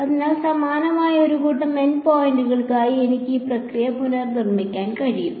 അതിനാൽ സമാനമായി ഒരു കൂട്ടം n പോയിന്റുകൾക്കായി എനിക്ക് ഈ പ്രക്രിയ പുനർനിർമ്മിക്കാൻ കഴിയും